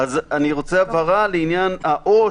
אני רוצה הבהרה לעניין זה.